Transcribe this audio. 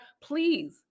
please